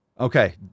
Okay